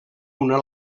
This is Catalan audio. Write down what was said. una